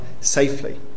safely